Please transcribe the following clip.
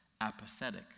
apathetic